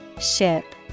Ship